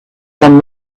from